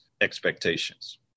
expectations